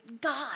God